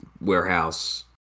warehouse